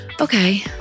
Okay